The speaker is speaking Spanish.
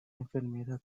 enfermedad